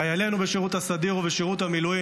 חיילינו בשירות הסדיר ובשירות המילואים